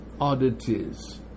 oddities